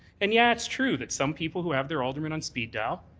and, yeah, it's true, that some people who have their alderman on speed dial,